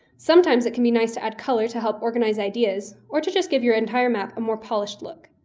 sometimes it can be nice to add color to help organize ideas, or to just give your entire map a more polished look.